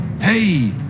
Hey